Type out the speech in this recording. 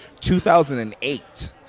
2008